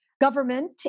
government